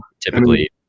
typically